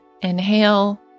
inhale